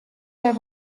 there